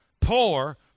poor